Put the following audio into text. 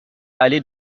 allée